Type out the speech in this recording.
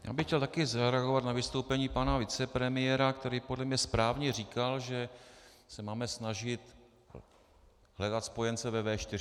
Já bych chtěl také zareagovat na vystoupení pana vicepremiéra, který podle mě správně říkal, že se máme snažit hledat spojence ve V4.